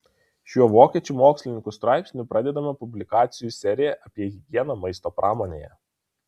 šiuo vokiečių mokslininkų straipsniu pradedame publikacijų seriją apie higieną maisto pramonėje